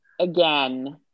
again